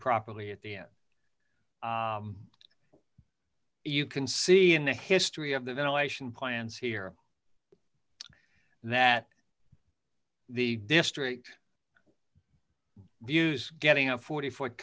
properly at the end you can see in the history of the ventilation plans here that the district views getting a forty foot